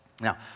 Now